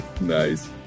nice